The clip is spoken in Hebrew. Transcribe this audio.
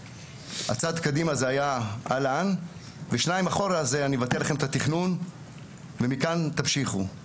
הצעד קדימה היה אהלן והצעד אחורה היה לבטל לנו את התכנון ומכאן תמשיכו.